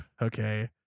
Okay